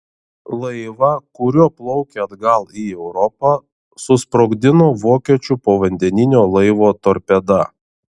laivą kuriuo plaukė atgal į europą susprogdino vokiečių povandeninio laivo torpeda